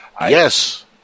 Yes